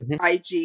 ig